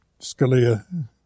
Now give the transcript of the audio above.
Scalia